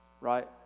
Right